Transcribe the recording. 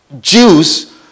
Jews